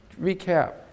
recap